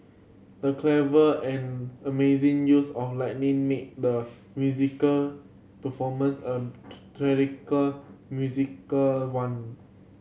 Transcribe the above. the clever and amazing use of lighting made the musical performance a musical one